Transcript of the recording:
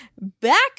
Back